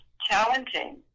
challenging